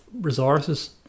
resources